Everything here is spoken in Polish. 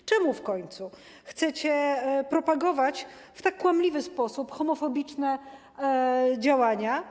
Dlaczego w końcu chcecie propagować w tak kłamliwy sposób homofobiczne działania?